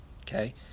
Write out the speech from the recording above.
okay